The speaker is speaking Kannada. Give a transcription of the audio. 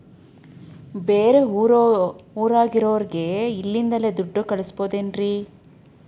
ಬೇರೆ ಊರಾಗಿರೋರಿಗೆ ಇಲ್ಲಿಂದಲೇ ದುಡ್ಡು ಕಳಿಸ್ಬೋದೇನ್ರಿ?